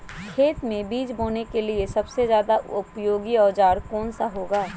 खेत मै बीज बोने के लिए सबसे ज्यादा उपयोगी औजार कौन सा होगा?